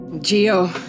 Geo